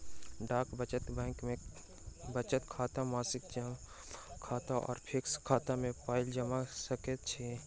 डाक बचत बैंक मे बचत खाता, मासिक जमा खाता आ फिक्स खाता मे पाइ जमा क सकैत छी